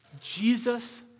Jesus